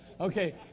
Okay